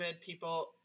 people